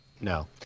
No